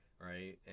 right